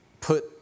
put